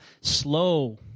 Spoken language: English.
slow